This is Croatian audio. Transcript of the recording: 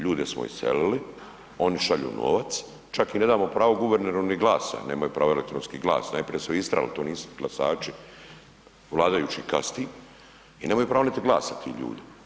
Ljude smo iselili, oni šalju novac, čak im ne damo pravo guverneru ni glasa, nemaju pravo elektronski glas, najprije su istjerali, to nisu glasači vladajućih kasti i nemaju pravo niti glasa ti ljudi.